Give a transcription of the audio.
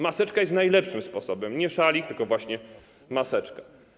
Maseczka jest najlepszym sposobem, nie szalik, tylko właśnie maseczka.